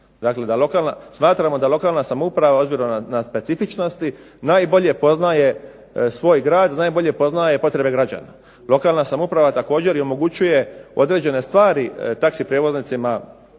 lokalna, smatramo da lokalna samouprava ozbiljno na specifičnosti najbolje poznaje svoj grad, najbolje poznaje potrebe građana. Lokalna samouprava također i omogućuje određene stvari taksi prijevoznicima